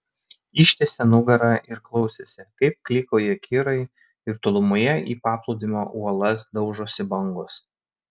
ištiesė nugarą ir klausėsi kaip klykauja kirai ir tolumoje į paplūdimio uolas daužosi bangos